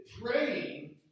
praying